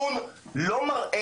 אני יודע שזה אולי מורכב,